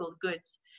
goods